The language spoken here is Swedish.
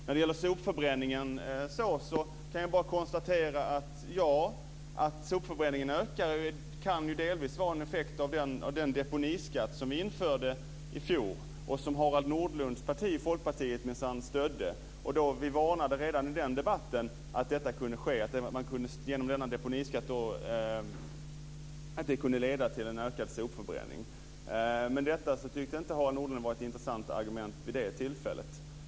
När det gäller sopförbränningen kan jag bara konstatera att det faktum att sopförbränningen ökar delvis kan vara en effekt av den deponiskatt som vi införde i fjor och som Harald Nordlunds parti Folkpartiet minsann stödde. Vi varnade redan i den debatten för att detta kunde ske, att denna deponiskatt kunde leda till en ökad sopförbränning. Men det tyckte inte Harald Nordlund var ett intressant argument vid det tillfället.